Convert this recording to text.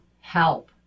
help